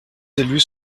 élus